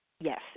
Yes